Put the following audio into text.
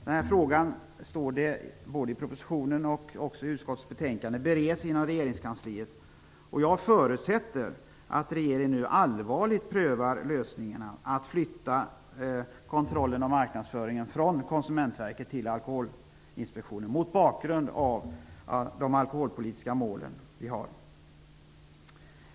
Den här frågan, står det både i propositionen och i utskottets betänkande, bereds inom regeringskansliet. Jag förutsätter att regeringen nu allvarligt prövar lösningen att flytta kontrollen av marknadsföringen från Konsumentverket till Alkoholinspektionen, mot bakgrund av de alkoholpolitiska mål vi har.